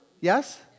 Yes